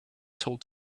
told